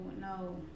No